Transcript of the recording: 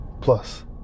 plus